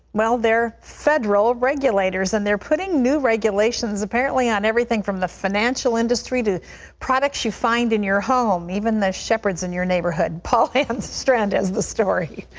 well, they're federal regulators, and they're putting new regulations apparently on everything from the financial industry to products you find in your home, even the shepherds in your neighborhood. paul and strand has the story.